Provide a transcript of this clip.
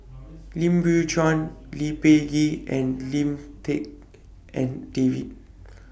Lim Biow Chuan Lee Peh Gee and Lim Tik En David